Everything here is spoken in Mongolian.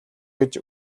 гэж